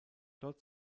dort